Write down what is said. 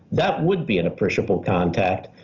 that would be an appreciable contact.